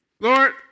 Lord